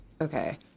Okay